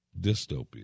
dystopian